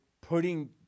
putting